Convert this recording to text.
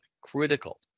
critical